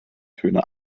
töne